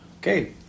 Okay